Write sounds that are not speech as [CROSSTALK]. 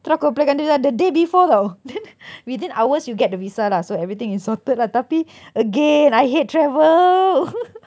terus aku apply kan dia the day before [tau] then [NOISE] within hours you get the visa lah so everything is sorted lah tapi again I hate travel [NOISE]